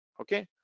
okay